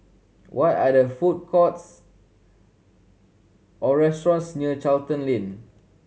what are the food courts or restaurants near Charlton Lane